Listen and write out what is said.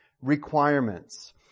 requirements